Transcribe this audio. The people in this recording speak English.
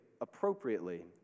appropriately